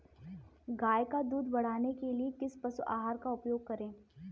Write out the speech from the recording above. गाय का दूध बढ़ाने के लिए किस पशु आहार का उपयोग करें?